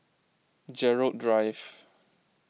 Gerald Drive